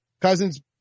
Cousins